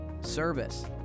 service